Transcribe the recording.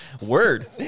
Word